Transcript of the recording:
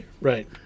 Right